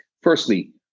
firstly